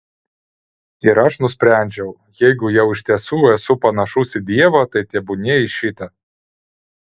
ir aš nusprendžiau jeigu jau iš tiesų esu panašus į dievą tai tebūnie į šitą